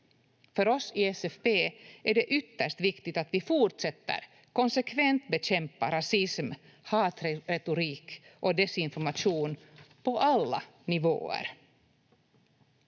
För oss i SFP är det ytterst viktigt att vi fortsätter konsekvent bekämpa rasism, hatretorik och desinformation på alla nivåer.